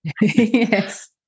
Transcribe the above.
Yes